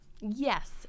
Yes